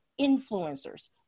influencers